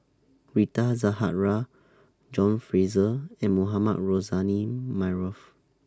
Rita Zahara John Fraser and Mohamed Rozani Maarof